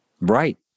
Right